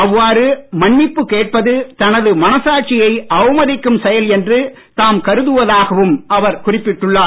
அவ்வாறு மன்னிப்பு கேட்பது தனது மனசாட்சியை அவமதிக்கும் செயல் என்று தாம் கருதுவதாகவும் அவர் குறிப்பிட்டுள்ளார்